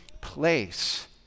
place